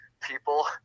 people